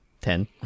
ten